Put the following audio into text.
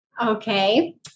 Okay